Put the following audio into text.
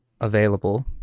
available